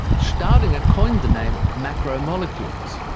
staudinger point the name macromolecules,